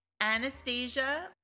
Anastasia